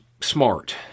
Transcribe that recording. smart